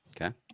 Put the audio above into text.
okay